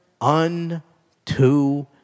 unto